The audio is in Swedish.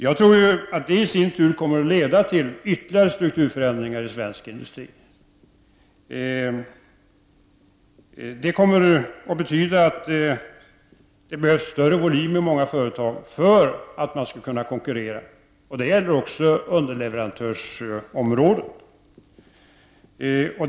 Jag tror att det i sin tur kommer att leda till ytterligare strukturförändringar i svensk industri. Det kommer att betyda att det behövs större volym i många företag för att man skall kunna konkurrera. Det gäller också underleverantörsområdet.